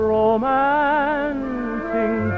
romancing